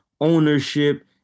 ownership